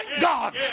God